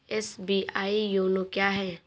SBI YONO क्या है?